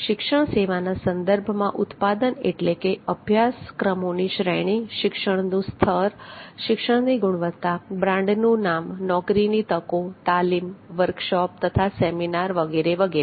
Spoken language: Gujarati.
શિક્ષણ સેવાના સંદર્ભમાં ઉત્પાદન એટલે કે અભ્યાસક્રમોની શ્રેણી શિક્ષણનું સ્તર શિક્ષણની ગુણવત્તા બ્રાન્ડનું નામ નોકરીની તકો તાલીમ વર્કશોપ તથા સેમિનાર વગેરે